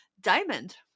Diamond